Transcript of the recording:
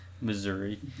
Missouri